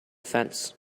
fence